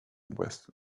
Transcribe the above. west